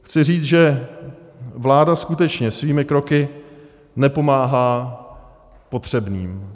Chci říct, že vláda skutečně svými kroky nepomáhá potřebným.